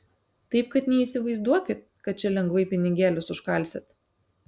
taip kad neįsivaizduokit kad čia lengvai pinigėlius užkalsit